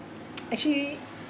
actually